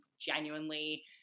genuinely